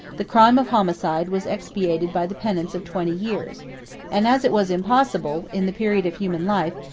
the crime of homicide was expiated by the penitence of twenty years and as it was impossible, in the period of human life,